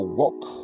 walk